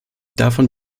davon